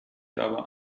aber